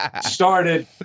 started